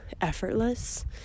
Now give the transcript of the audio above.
effortless